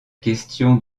question